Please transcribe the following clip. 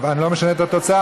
אני לא משנה את התוצאה.